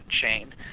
chain